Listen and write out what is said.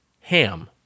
ham